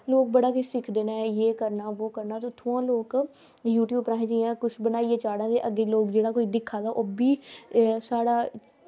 ते लोग बड़ा किश दिखदे न यह् करना वो करना इत्थुआं दे लोग यूट्यूब पर आखदे इत्थुआं बनाइयै चाढ़े ते जित्थां कोई दिक्खे ओह्बी एह् साढ़ा